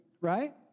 right